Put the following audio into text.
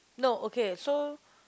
no okay so